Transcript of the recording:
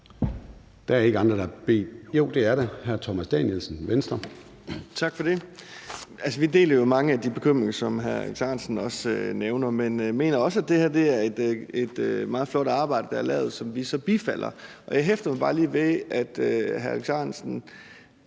Danielsen, Venstre. Kl. 10:26 Thomas Danielsen (V): Tak for det. Altså, vi deler jo mange af de bekymringer, som hr. Alex Ahrendtsen også nævner, men mener også, at det her er et meget flot arbejde, der er lavet, og som vi så bifalder. Og jeg hæftede mig bare lige ved, at hr. Alex Ahrendtsen